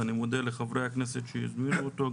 ואני מודה לחברי הכנסת שיזמו אותו,